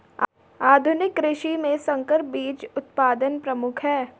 आधुनिक कृषि में संकर बीज उत्पादन प्रमुख है